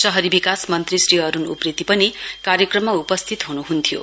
शहरी विकास मन्त्री श्री अरूण उप्रेती पनि कार्यक्रममा उपस्थित हनुहुन्थ्यो